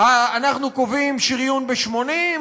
אנחנו קובעים שריון ב-80,